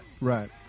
Right